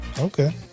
Okay